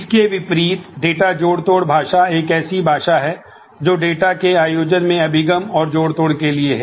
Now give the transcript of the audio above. इसके विपरीत डेटा जोड़ तोड़ भाषा एक ऐसी भाषा है जो डेटा के आयोजन में अभिगम और जोड़ तोड़ के लिए है